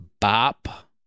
Bop